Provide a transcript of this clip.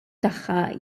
tagħha